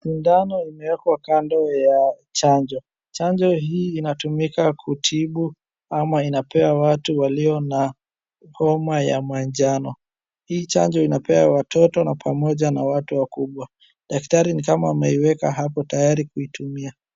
Sindano imewekwa kando ya chanjo. Chanjo hii inatumika kutibu ama inapewa watu walio na homa ya manjano. Hii chanjo inapewa watoto na pamoja na watu wakubwa. Daktari ni kama ameiweka hapo tayari kuitumia.